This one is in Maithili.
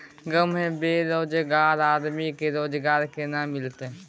गांव में बेरोजगार आदमी के रोजगार केना मिलते?